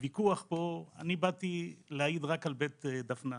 באתי להעיד רק על בית דפנה.